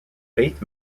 faith